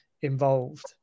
involved